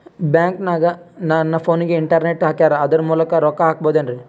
ಬ್ಯಾಂಕನಗ ನನ್ನ ಫೋನಗೆ ಇಂಟರ್ನೆಟ್ ಹಾಕ್ಯಾರ ಅದರ ಮೂಲಕ ರೊಕ್ಕ ಹಾಕಬಹುದೇನ್ರಿ?